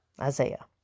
Isaiah